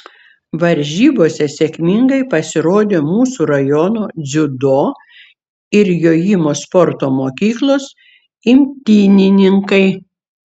varžybose sėkmingai pasirodė mūsų rajono dziudo ir jojimo sporto mokyklos imtynininkai